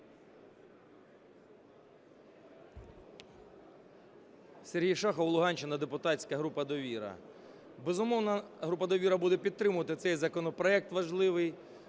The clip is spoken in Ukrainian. Сергій Шахов, Луганщина, депутатська група "Довіра". Безумовно, група "Довіра" буде підтримувати цей законопроект важливий